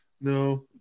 No